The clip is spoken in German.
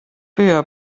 bea